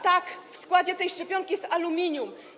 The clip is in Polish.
Tak, w składzie tej szczepionki jest aluminium.